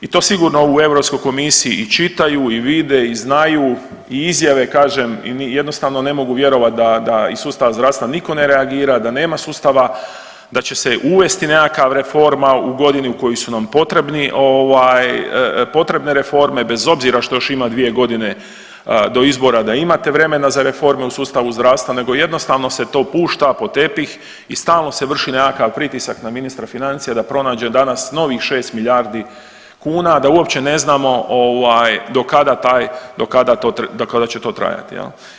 I to sigurno u Europskoj komisiji i čitaju i vide i znaju i izjave kažem i jednostavno ne mogu vjerovat da iz sustava zdravstva niko ne reagira da nema sustava, da će se uvesti nekakva reforma u godini u kojoj su nam potrebne reforme bez obzira što još ima dvije godine do izbora da imate vremena za reforme u sustavu zdravstva nego jednostavno se to pušta pod tepih i stalno se vrši nekakav pritisak na ministra financija da pronađe danas novih 6 milijardi kuna da uopće ne znamo do kada će to trajati.